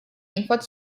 infot